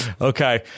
Okay